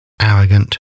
arrogant